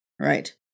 Right